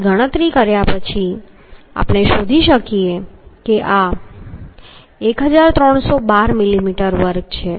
તેથી ગણતરી કર્યા પછી આપણે શોધી શકીએ કે આ 1312 મિલીમીટર વર્ગ છે